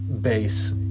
base